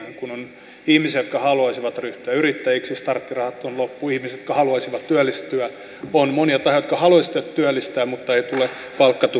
on ihmisiä jotka haluaisivat ryhtyä yrittäjiksi mutta starttirahat on loppu on ihmisiä jotka haluaisivat työllistyä ja on monia jotka haluaisivat työllistää mutta palkkatukirahoja ei tule